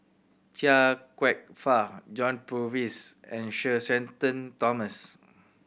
Chia Kwek Fah John Purvis and Sir Shenton Thomas